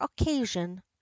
occasion